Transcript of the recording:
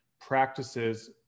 practices